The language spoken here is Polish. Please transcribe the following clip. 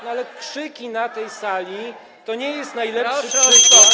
No, ale krzyki na tej sali to nie jest najlepszy przykład.